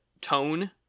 tone